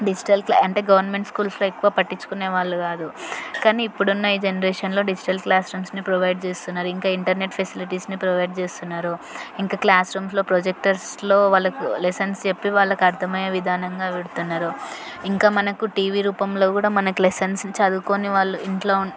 digital class అంటే government స్కూల్స్లో ఎక్కువ పట్టించుకునే వాళ్ళు కాదు కానీ ఇప్పుడున్న ఈ జనరేషన్లో డిజిటల్ క్లాస్ రూమ్స్ని ప్రొవైడ్ చేస్తున్నారు ఇంకా ఇంటర్నెట్ ఫెసిలిటీస్ని ప్రొవైడ్ చేస్తున్నారు ఇంకా క్లాస్ రూమ్స్లో ప్రొజెక్టర్స్లో వాళ్ళకు లెసన్స్ చెప్పి వాళ్ళకు అర్ధమయ్యే విధానంగా పెడుతున్నారు ఇంకా మనకు టీవీ రూపంలో కూడా మనకు లెసన్స్ చదువుకోని వాళ్ళు ఇంట్లో